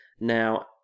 Now